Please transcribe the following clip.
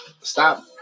Stop